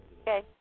Okay